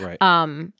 Right